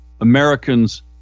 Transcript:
Americans